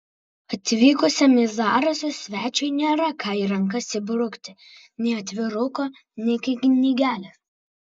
atvykusiam į zarasus svečiui nėra ką į rankas įbrukti nei atviruko nei knygelės